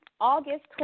August